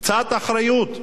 קצת אחריות.